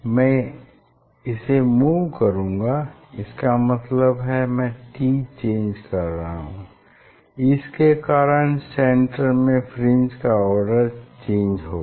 मैं इसे मूव करूँगा इसका मतलब है मैं t चेंज रहा हूँ उसके कारण सेन्टर में फ्रिंज का आर्डर चेंज होगा